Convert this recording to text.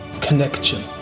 connection